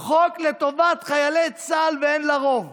חוק לטובת חיילי צה"ל ואין לה רוב.